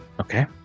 okay